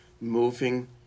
moving